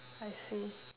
I see